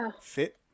Fit